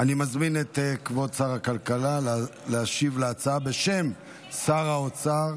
אני מזמין את כבוד שר הכלכלה להשיב על הצעה בשם שר האוצר,